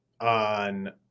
on